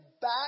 back